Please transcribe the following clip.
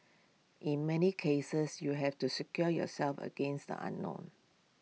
in many cases you have to secure yourself against the unknown